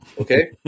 okay